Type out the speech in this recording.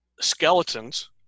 skeletons